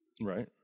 Right